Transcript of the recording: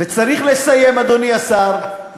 וצריך לסיים, אדוני השר.